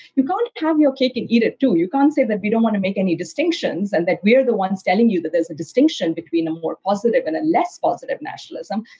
you can't have your cake and eat it too. you can't say that we don't want to make any distinctions and that we are the one telling you that there's a distinction between a more positive and a less positive nationalism.